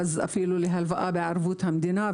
אפילו להלוואה בערבות המדינה,